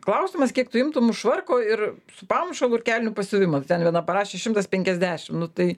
klausimas kiek tu imtum už švarko ir su pamušalu ir kelnių pasiuvimą tai ten viena parašė šimtas penkiasdešim nu tai